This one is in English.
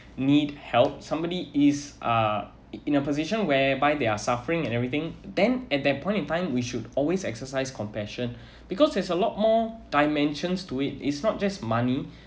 need help somebody is uh in a position whereby they are suffering and everything then at that point in time we should always exercise compassion because there's a lot more dimensions to it is not just money